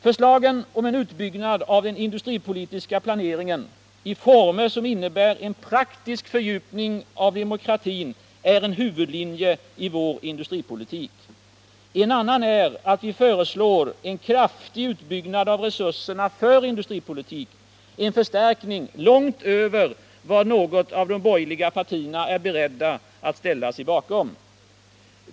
Förslagen om en utbyggnad av den industripolitiska planeringen, i former som innebär en praktisk fördjupning av demokratin, är en huvudlinje i vår industripolitik. En annan är att vi föreslår en kraftig utbyggnad av resurserna för industripolitik — en förstärkning långt utöver vad något av de borgerliga partierna är berett att ställa sig bakom.